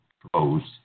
proposed